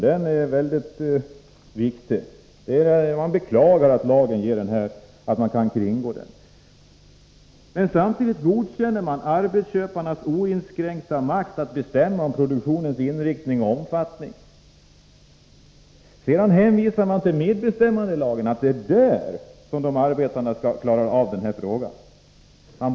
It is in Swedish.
Utskottet anser att den är mycket viktig och beklagar att lagen kan kringgås på detta sätt. Men samtidigt godkänner utskottet arbetsköparnas oinskränkta makt att bestämma över produktionens inriktning och omfattning. Utskottet hänvisar också till medbestämmandelagen — det är med hjälp av den som arbetarna skall klara av det här problemet.